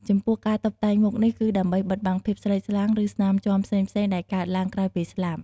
ចំពោះការតុបតែងមុខនេះគឺដើម្បីបិទបាំងភាពស្លេកស្លាំង ឬស្នាមជាំផ្សេងៗដែលកើតឡើងក្រោយពេលស្លាប់។